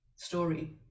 story